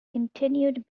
continued